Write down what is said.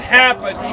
happen